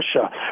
Russia